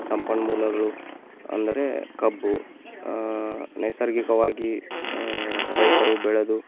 ಸಂಪನ್ಮೂಲಗಳು ಅಂದರೆ ಕಬ್ಬು ನೈಸರ್ಗಿಕವಾಗಿ ರೈತರು ಬೆಳೆದು